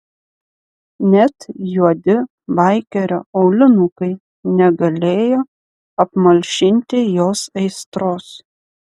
net juodi baikerio aulinukai negalėjo apmalšinti jos aistros